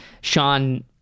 Sean